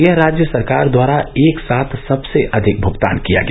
यह राज्य सरकार द्वारा एक साथ सबसे अधिक भुगतान किया गया